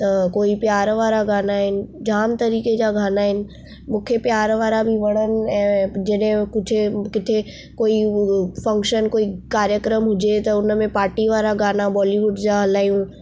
त कोई प्यार वारा गाना आहिनि जाम तरीक़े जा गाना आहिनि मूंखे प्यार वारा बि वणनि ऐं जॾहिं कुझु किथे कोई फ़ंक्शन कोई कार्यक्रम हुजे त हुन में पार्टी वारा गाना बॉलीवुड जा हलायूं